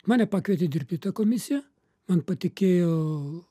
mane pakvietė dirbti į tą komisiją man patikėjo